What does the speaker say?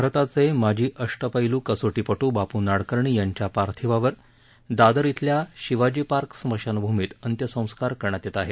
भारताचे माजी अष्टपैलू कसोटीपटू बापू नाडकर्णी यांच्या पार्थिवावर दादर इथल्या शिवाजीपार्क स्मशानभूमीत अंत्यसंस्कार करण्यात येत आहेत